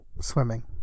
swimming